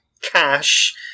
cash